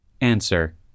Answer